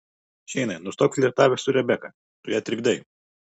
šeinai nustok flirtavęs su rebeka tu ją trikdai